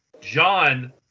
John